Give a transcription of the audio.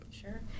Sure